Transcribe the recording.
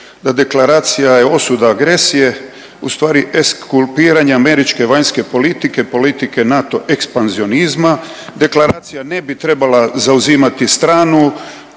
da deklaracija je osuda agresije, ustvari eskulpiranja američke vanjske politike, politike NATO ekspanzionizma, deklaracija ne bi trebala zauzimati stranu,